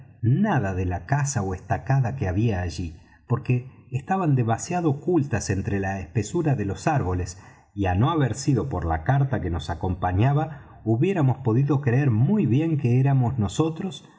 nada de la casa ó estacada que había allí porque estaban demasiado ocultas entre la espesura de los árboles y á no haber sido por la carta que nos acompañaba hubiéramos podido creer muy bien que nosotros